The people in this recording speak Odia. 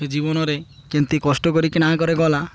ସେ ଜୀବନରେ କେମିତି କଷ୍ଟ କରିକି ନାଁ କରିଗଲା